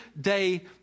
day